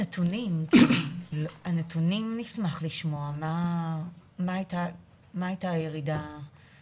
נשמח לשמוע נתונים לגבי הירידה שהייתה.